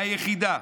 היחידה,